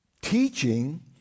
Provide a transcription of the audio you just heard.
teaching